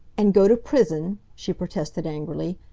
and go to prison! she protested angrily.